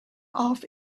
off